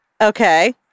Okay